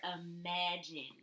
imagine